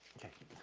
okay.